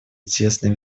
тесной